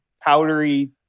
powdery